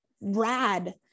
rad